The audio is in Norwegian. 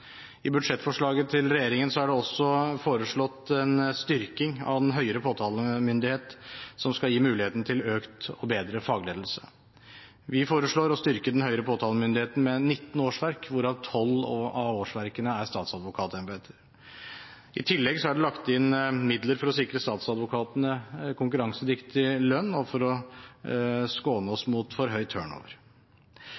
I budsjettforslaget til regjeringen er det også foreslått en styrking av den høyere påtalemyndighet, som skal gi mulighet til økt og bedre fagledelse. Vi foreslår å styrke den høyere påtalemyndighet med 19 årsverk, hvorav 12 av årsverkene er statsadvokatembeter. I tillegg er det lagt inn midler for å sikre statsadvokatene konkurransedyktig lønn, for å skåne oss